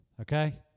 okay